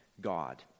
God